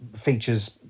features